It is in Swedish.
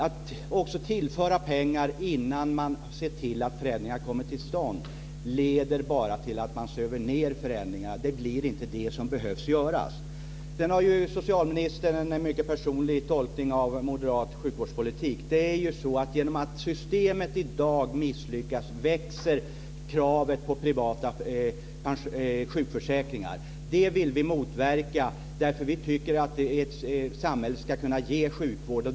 Att också tillföra pengar innan man har sett till att förändringar kommer till stånd leder bara till att man söver ned förändringarna; det blir inte det som behöver göras. Sedan har socialministern en mycket personlig tolkning av moderat sjukvårdspolitik. Genom att systemet i dag misslyckas växer kravet på privata sjukförsäkringar. Det vill vi motverka, därför att vi tycker att samhället ska kunna ge sjukvård.